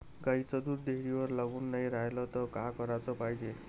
गाईचं दूध डेअरीवर लागून नाई रायलं त का कराच पायजे?